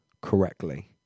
correctly